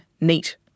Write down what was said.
neat